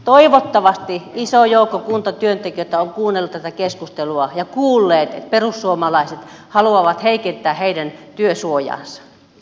toivottavasti iso joukko kuntatyöntekijöitä on kuunnellut tätä keskustelua ja kuullut että perussuomalaiset haluavat heikentää heidän työsuojaansa